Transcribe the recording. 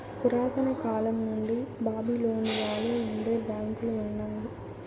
పురాతన కాలం నుండి బాబిలోనియలో నుండే బ్యాంకులు ఉన్నాయి